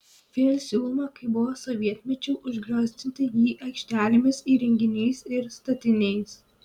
vėl siūloma kaip buvo sovietmečiu užgriozdinti jį aikštelėmis įrenginiais ir statiniais